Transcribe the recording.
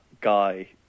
guy